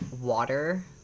water